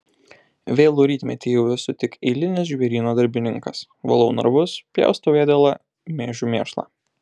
vėlų rytmetį jau esu tik eilinis žvėryno darbininkas valau narvus pjaustau ėdalą mėžiu mėšlą